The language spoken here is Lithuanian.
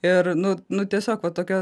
ir nu nu tiesiog va tokia